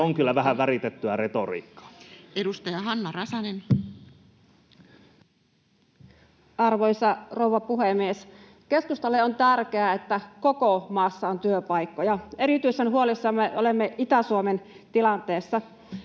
vp) täydentämisestä Time: 13:26 Content: Arvoisa rouva puhemies! Keskustalle on tärkeää, että koko maassa on työpaikkoja. Erityisen huolissamme olemme Itä-Suomen tilanteesta.